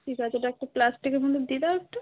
ঠিক আছে ওটা একটা প্লাস্টিকের মধ্যে দিয়ে দাও একটু